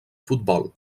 futbol